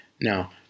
Now